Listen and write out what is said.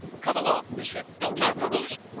come along, he said no time to lose.